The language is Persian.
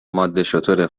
مادهشتر